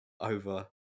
over